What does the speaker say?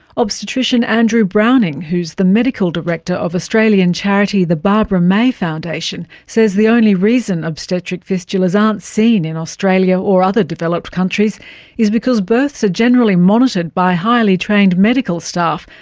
obstetrician andrew browning who is the medical director of australian charity the barbara may foundation says the only reason obstetric fistulas aren't seen in australia or other developed countries is because births are generally monitored by highly trained medical staff,